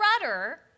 rudder